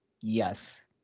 yes